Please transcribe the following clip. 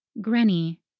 Granny